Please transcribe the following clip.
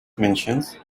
mentions